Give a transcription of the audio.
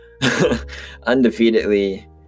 undefeatedly